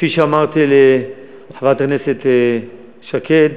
כפי שאמרתי לחברת הכנסת שקד,